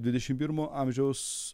dvidešim pirmo amžiaus